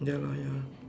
ya lah ya